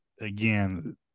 again